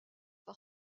par